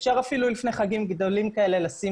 אפשר אפילו לפני חגים גדולים כאלה לשים